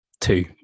two